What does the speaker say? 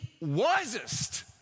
wisest